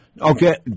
Okay